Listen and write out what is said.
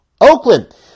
Oakland